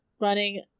running